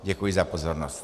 Děkuji za pozornost.